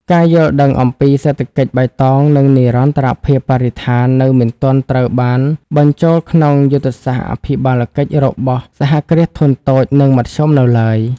ការយល់ដឹងអំពីសេដ្ឋកិច្ចបៃតង និងនិរន្តរភាពបរិស្ថាន នៅមិនទាន់ត្រូវបានបញ្ចូលក្នុងយុទ្ធសាស្ត្រអភិបាលកិច្ចរបស់ សហគ្រាសធុនតូច និងមធ្យម នៅឡើយ។